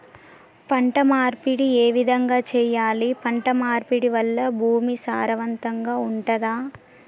పంట మార్పిడి ఏ విధంగా చెయ్యాలి? పంట మార్పిడి వల్ల భూమి సారవంతంగా ఉంటదా?